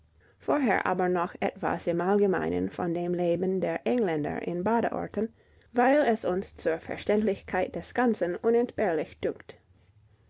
vorher aber noch etwas im allgemeinen von dem leben der engländer in badeorten weil es uns zur verständlichkeit des ganzen unentbehrlich dünkt